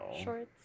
shorts